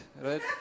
right